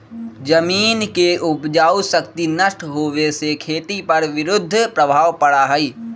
जमीन के उपजाऊ शक्ति नष्ट होवे से खेती पर विरुद्ध प्रभाव पड़ा हई